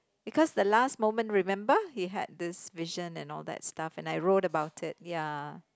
because the last moment remember you had this vision and all that stuff and I wrote about it ya